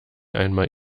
einmal